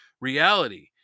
reality